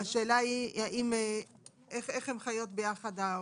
איך ההוראות האלה חיות ביחד?